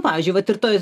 pavyzdžiui vat ir toj